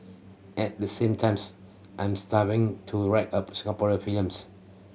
at the same times I'm starting to write a Singaporean films